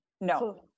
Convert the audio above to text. No